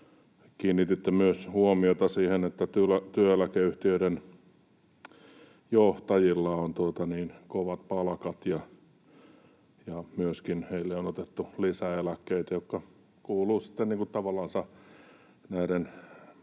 Kiinnititte huomiota myös siihen, että työeläkeyhtiöiden johtajilla on kovat palkat ja että heille on myöskin otettu lisäeläkkeitä, jotka kuuluvat sitten